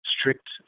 strict